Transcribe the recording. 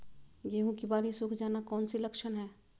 गेंहू की बाली सुख जाना कौन सी लक्षण है?